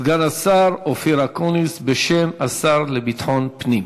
סגן השר אופיר אקוניס, בשם השר לביטחון פנים.